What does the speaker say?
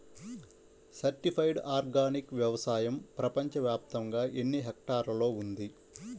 Certified organic వ్యవసాయం ప్రపంచ వ్యాప్తముగా ఎన్నిహెక్టర్లలో ఉంది?